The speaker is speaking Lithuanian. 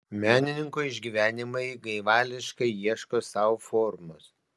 menininko išgyvenimai gaivališkai ieško sau formos